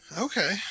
Okay